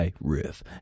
Riff